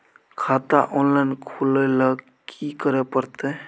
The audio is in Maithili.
खाता ऑनलाइन खुले ल की करे परतै?